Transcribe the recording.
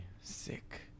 Sick